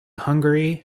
hungary